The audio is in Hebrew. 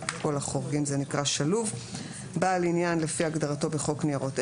(כל החורגים זה נקרא שלוב); "בעל עניין" לפי הגדרתו בחוק ניירות ערך,